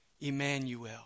Emmanuel